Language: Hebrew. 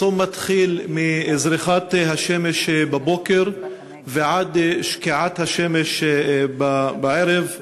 הצום הוא מזריחת השמש בבוקר ועד שקיעת השמש בערב,